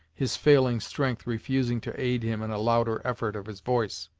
his failing strength refusing to aid him in a louder effort of his voice.